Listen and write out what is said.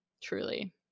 Truly